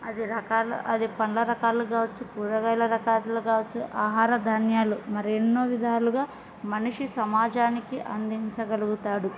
అది రకాల అది పండ్ల రకాలు కావచ్చు కూరగాయల రకలు కావచ్చు ఆహార ధాన్యాలు మరి ఎన్నో విధాలుగా మనిషి సమాజానికి అందించగలుగుతాడు